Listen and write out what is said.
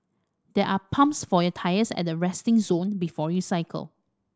there are pumps for your tyres at the resting zone before you cycle